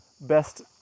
best